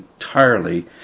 entirely